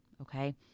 okay